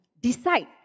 decide